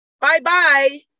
Bye-bye